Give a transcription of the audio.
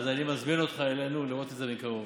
אז אני מזמין אותך אלינו לראות את זה מקרוב.